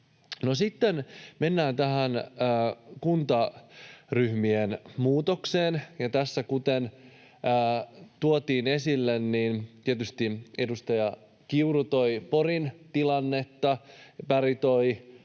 sitten mennään tähän kuntaryhmien muutokseen, ja kuten tässä tuotiin esille — tietysti edustaja Kiuru toi Porin tilannetta, Berg toi